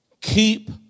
Keep